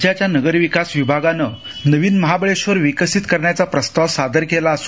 राज्याच्या नगर विकास विभागानं नवीन महासबळेधर विकसित करण्याचा प्रस्ताव सादर केला आहे